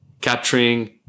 capturing